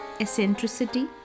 eccentricity